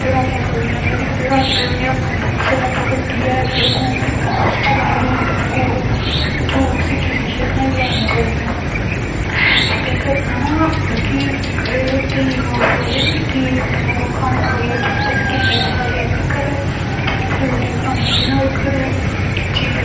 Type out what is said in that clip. करनियां चाही दियां दिक्खदे रौह्ने आं यूट्यूब गूगल इसगी इत्थां दिक्खियै बनाई लैनियां चाही दियां एह् कुकिंग बनाना मतलब कि केईं लोग सोचदे की बाह्रा मंगाई लैंदे पता निं किन्ने मसाले होंदे जेह्की घरै दी अपने हत्थे दी रुट्टी खानी होंदी ना घरै दी ओह्